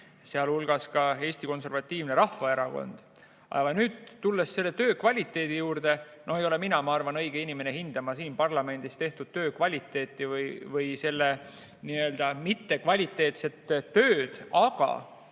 sealhulgas Eesti Konservatiivne Rahvaerakond. Tulles selle töö kvaliteedi juurde, ei ole mina õige inimene hindama siin parlamendis tehtud töö kvaliteeti või selle nii-öelda mittekvaliteetsust. Aga